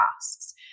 tasks